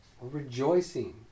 rejoicing